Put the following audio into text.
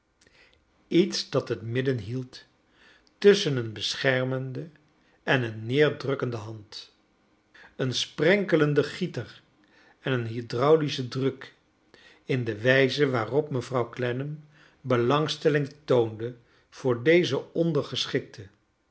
iets dat het midden hield tusschen een beschermende en een neerdrukkende hand een sprenkelenden gieter en een hydraulischen druk in de wijze waarop inevrouw clennam belangstelling toonde voor deze